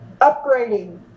upgrading